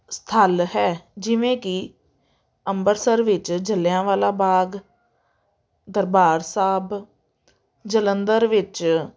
ਸਥੱਲ ਹੈ ਜਿਵੇਂ ਕਿ ਅੰਮ੍ਰਿਤਸਰ ਵਿੱਚ ਜਲ੍ਹਿਆਂਵਾਲਾ ਬਾਗ ਦਰਬਾਰ ਸਾਹਿਬ ਜਲੰਧਰ ਵਿੱਚ